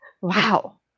Wow